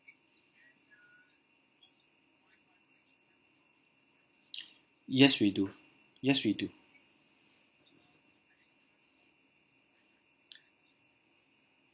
yes we do yes we do